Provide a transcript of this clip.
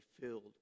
filled